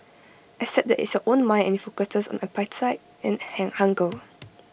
except that it's your own mind and IT focuses on appetite and hang hunger